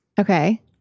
Okay